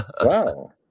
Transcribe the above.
Wow